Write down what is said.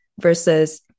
versus